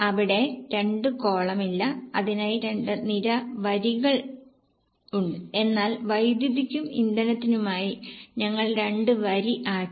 അവിടെ 2 കോളം ഇല്ല അതിനായി 2 നിര വരികൾ എന്നാൽ വൈദ്യുതിക്കും ഇന്ധനത്തിനുമായി ഞങ്ങൾ 2 വരി ആക്കി